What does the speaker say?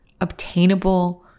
obtainable